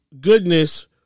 goodness